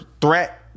threat